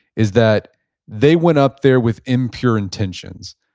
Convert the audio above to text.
is that they went up there with impure intentions,